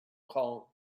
kong